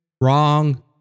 Wrong